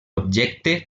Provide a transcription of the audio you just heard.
objecte